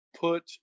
put